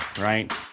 right